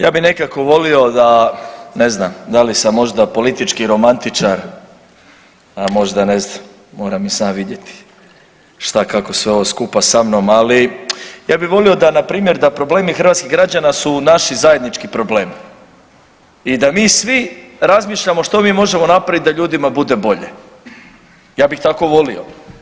Ja bih nekako volio da, ne znam da li sam možda politički romantičar a možda ne znam moram i sam vidjeti što, kako sve ovo skupa sa mnom, ali ja bih volio da na primjer da problemi hrvatskih građana su naši zajednički problemi i da mi svi razmišljamo što mi možemo napraviti da ljudima bude bolje ja bih tako volio.